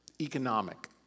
economic